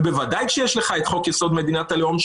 ובוודאי כשיש את חוק יסוד: מדינת הלאום,